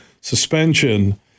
suspension